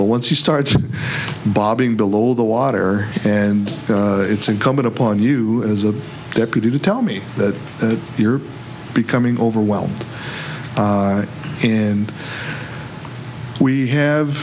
but once you start bobbing below the water and it's incumbent upon you as a deputy to tell me that we are becoming overwhelmed and we have